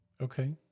Okay